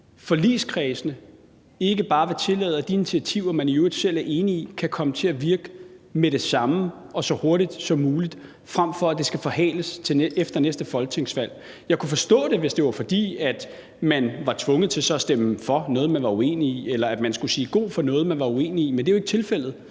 forligskredsene ikke bare vil tillade, at de initiativer, man i øvrigt selv er enig i, kan komme til at virke med det samme og så hurtigt som muligt, frem for at det skal forhales til efter næste folketingsvalg. Jeg kunne forstå det, hvis det var, fordi man så var tvunget til at stemme for noget, man var uenig i, eller at man skulle sige god for noget, man var uenig i, men det er jo ikke tilfældet.